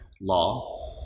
Law